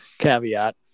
caveat